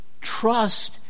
trust